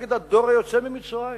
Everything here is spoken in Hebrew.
נגד הדור היוצא ממצרים.